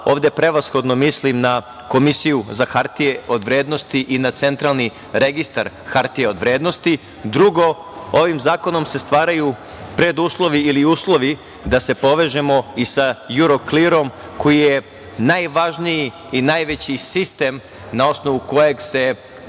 Ovde prevashodno mislim na Komisiju za hartije od vrednosti i na Centralni registar hartija od vrednosti. Drugo, ovim zakonom se stvaraju preduslovi ili uslovi da se povežemo i sa Euroclear-om, koji je najvažniji i najveći sistem na osnovu kojeg se trguje